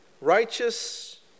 Righteous